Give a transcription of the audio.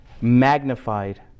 magnified